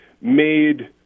made